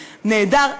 נהדר.